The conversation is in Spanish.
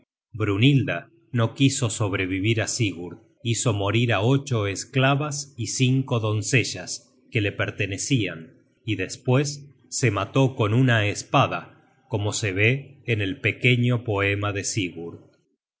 brynhilda no quiso sobrevivir á sigurd hizo morir á ocho esclavas y cinco doncellas que la pertenecian y despues se mató con una espada como se ve en el pequeño poema de sigurd